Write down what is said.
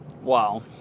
Wow